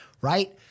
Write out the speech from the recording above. right